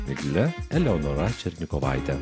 migle eleonora černikovaite